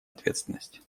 ответственность